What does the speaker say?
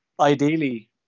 ideally